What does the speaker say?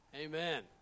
Amen